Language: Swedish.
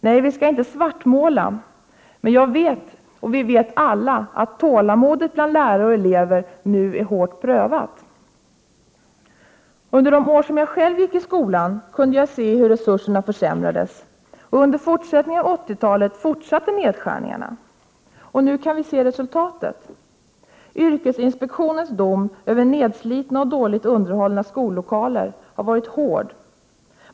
Nej, vi skall inte svartmåla. Men jag vet, och vi vet alla, att tålamodet bland lärare och elever nu är hårt prövat. Under de år som jag själv gick i skolan kunde jag se hur resurserna försämrades, och under fortsättningen av 80-talet fortsatte nedskärningarna. Nu kan vi se resultatet. Yrkesinspektionens dom över nedslitna och dåligt underhållna skollokaler har varit hård.